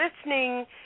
listening